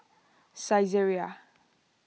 Saizeriya